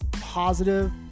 Positive